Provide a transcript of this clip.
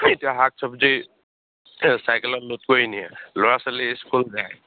এতিয়া শাক চবজি চাইকেলত লোড কৰি নিয়ে ল'ৰা ছোৱালী ইস্কুল যায়